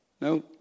No